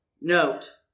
Note